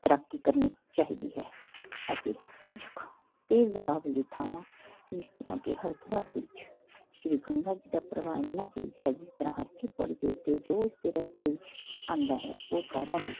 ਤੈਰਾਕੀ ਕਰਨੀ ਚਾਹੀਦੀ ਹੈ ਅਤੇ ਕੁਝ ਕੁ ਤੇਜ਼ ਵਹਾਅ ਵਾਲੀ ਥਾਵਾਂ ਜਿਸ ਤਰ੍ਹਾਂ ਕਿ ਹਰੀਦੁਆਰ ਦੇ ਵਿੱਚ ਸ਼੍ਰੀ ਗੰਗਾ ਜੀ ਦਾ ਪ੍ਰਭਾਵ ਇੰਨਾ ਤੇਜ਼ ਹੈ ਜਿਸ ਤਰ੍ਹਾਂ ਹਰ ਕੀ ਪੌੜੀ ਦੇ ਉੱਤੇ ਜੋ ਉਸ ਦੇ ਰਸਤੇ ਵਿਚ ਆਉਂਦਾ ਹੈ ਉਹ ਸਾਰਿਆਂ ਨੂੰ